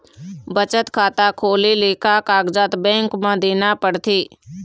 बचत खाता खोले ले का कागजात बैंक म देना पड़थे?